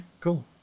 cool